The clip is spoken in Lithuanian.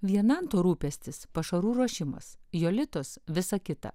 vienam to rūpestis pašarų ruošimas jolitos visa kita